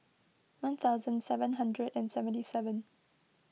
one thousand seven hundred and seventy seven